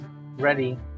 ready